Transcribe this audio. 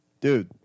dude